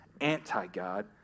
anti-God